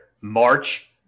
March